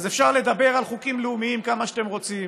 אז אפשר לדבר על חוקים לאומיים כמה שאתם רוצים